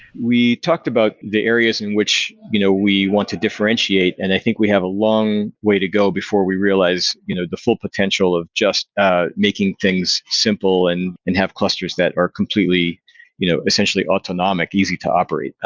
we talked about the areas in which you know we want to differentiate, and i think we have a long way to go before we realized you know the full potential of just the ah making things simple and and have clusters that are completely you know essentially autonomic, easy to operate.